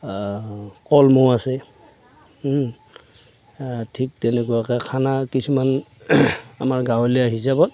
কলমৌ আছে ঠিক তেনেকুৱাকে খানা কিছুমান আমাৰ গাঁৱলীয়া হিচাপত